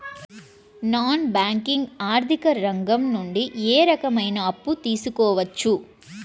Non banking ఆర్థిక రంగం నుండి ఏ రకమైన అప్పు తీసుకోవచ్చు?